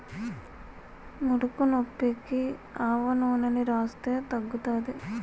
ముడుకునొప్పికి ఆవనూనెని రాస్తే తగ్గుతాది